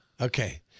Okay